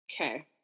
okay